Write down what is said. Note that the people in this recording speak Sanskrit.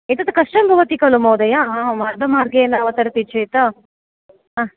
एतत् कष्टं भवति खलु महोदय मध्यमार्गेण अवतरति चेत्